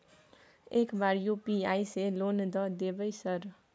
एक बार यु.पी.आई से लोन द देवे सर?